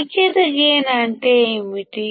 unity gain అంటే ఏమిటి